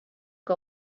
que